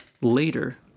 later